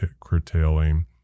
curtailing